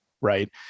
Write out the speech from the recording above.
right